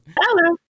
Hello